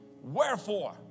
Wherefore